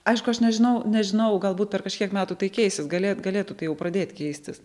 aišku aš nežinau nežinau galbūt per kažkiek metų tai keisis galėt galėtų tai jau pradėt keistis